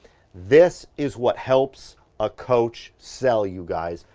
this is what helps a coach sell, you guys.